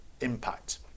impact